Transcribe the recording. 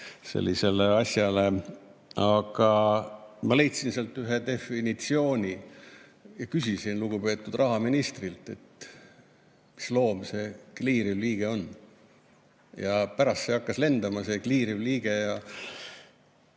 olulisele asjale. Aga ma leidsin sealt ühe definitsiooni ja küsisin lugupeetud rahaministrilt, mis loom see kliiriv liige on. Pärast hakkas see "kliiriv liige"